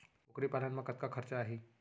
कुकरी पालन म कतका खरचा आही?